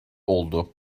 oldu